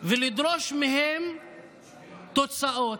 ולדרוש מהם תוצאות.